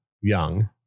young